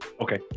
Okay